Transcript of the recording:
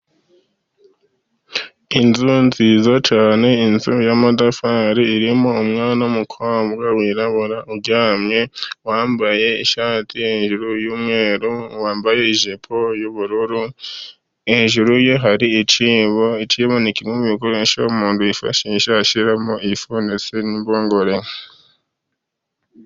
Inzu nziza cyane inzu y'amatafari irimo umwana w' umukobwa wirabura uryamye, wambaye ishati hejuru y'umweru, wambaye ijipo y'ubururu, hejuru ye hari icyibo. Icyibo ni kimwe mu bikoresho umuntu yifashisha ashyiramo ifu ndetse n'impungure.